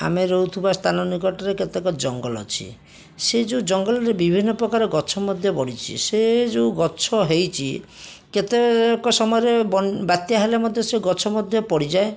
ଆମେ ରହୁଥିବା ସ୍ଥାନ ନିକଟରେ କେତେକ ଜଙ୍ଗଲ ଅଛି ସେଇ ଯେଉଁ ଜଙ୍ଗଲରେ ବିଭିନ୍ନପ୍ରକାର ଗଛ ମଧ୍ୟ ବଢ଼ିଛି ସେ ଯେଉଁ ଗଛ ହେଇଛି କେତେକ ସମୟରେ ବାତ୍ୟା ହେଲେ ମଧ୍ୟ ସେ ଗଛ ମଧ୍ୟ ପଡ଼ିଯାଏ